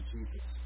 Jesus